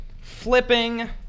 flipping